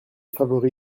favori